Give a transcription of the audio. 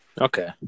Okay